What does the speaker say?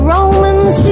Romans